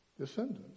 descendants